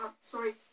Sorry